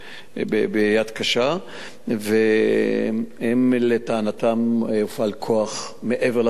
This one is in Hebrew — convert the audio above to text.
יד קשה, ולטענתם הופעל כוח מעל לסביר,